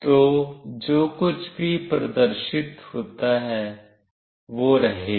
तो जो कुछ भी प्रदर्शित होता है वह रहेगा